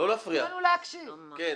נשים נאנסו,